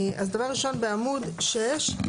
דבר ראשון בעמוד 6,